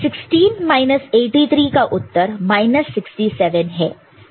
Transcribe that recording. तो 16 माइनस 83 का उत्तर 67 है